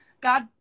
God